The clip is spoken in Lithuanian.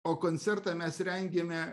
o koncertą mes rengėme